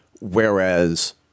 whereas